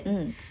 mm